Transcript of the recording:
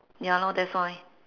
ya lor that's why